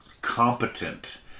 Competent